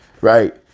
Right